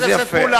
אז יפה.